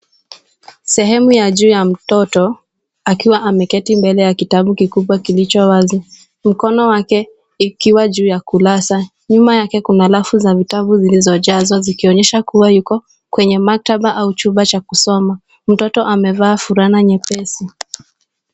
Sehemu ya juu ya mtoto akiwa ameketi mbele ya kitabu kikubwa kilicho wazi, mkono wake ikiwa juu ya kurasa. Nyuma yake kuna rafu za vitabu zilizojazwa zikionyesha kuwa yuko kwenye makataba au chumba cha kusoma. Mtoto amevaa fulana nyepesi.